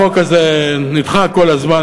החוק הזה נדחה כל הזמן,